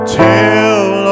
tell